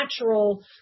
natural